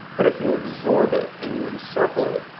but if you absorb it and you encircle it,